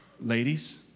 Ladies